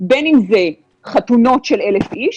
בין אם זה חתונות של אלף איש.